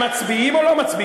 הם מצביעים או לא מצביעים?